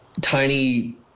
tiny